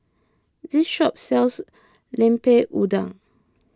this shop sells Lemper Udang